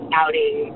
outing